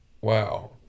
wow